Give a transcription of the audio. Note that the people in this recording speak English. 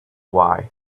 why